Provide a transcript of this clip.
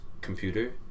Computer